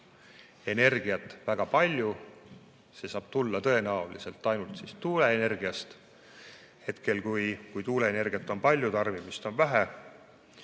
energiat väga palju. See saab tulla tõenäoliselt ainult tuuleenergiast. Siis kui tuuleenergiat on palju ja tarbimist on vähe,